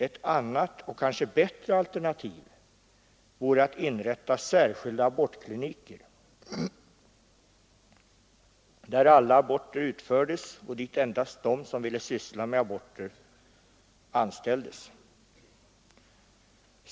Ett annat och kanske bättre alternativ vore att inrätta särskilda abortkliniker, där alla aborter utfördes och där endast de som ville syssla med aborter anställdes.